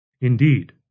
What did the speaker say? Indeed